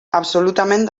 absolutament